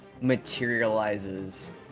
materializes